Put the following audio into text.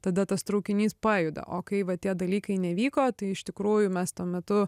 tada tas traukinys pajuda o kai va tie dalykai nevyko tai iš tikrųjų mes tuo metu